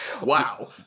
Wow